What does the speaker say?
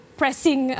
pressing